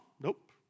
Nope